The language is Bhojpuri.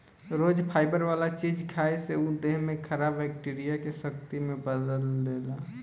रोज फाइबर वाला चीज खाए से उ देह में खराब बैक्टीरिया के शक्ति में बदल देला